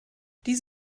dies